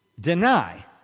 Deny